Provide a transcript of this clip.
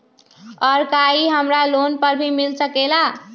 और का इ हमरा लोन पर भी मिल सकेला?